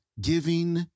giving